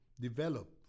develop